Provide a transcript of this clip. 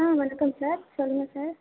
ஆ வணக்கம் சார் சொல்லுங்கள் சார்